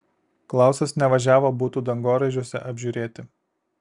klausas nevažiavo butų dangoraižiuose apžiūrėti